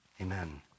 Amen